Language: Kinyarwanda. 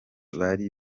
bari